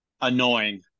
Annoying